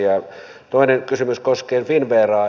ja toinen kysymys koskee finnveraa